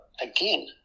again